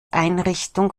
einrichtung